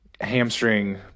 hamstring